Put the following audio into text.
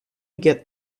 get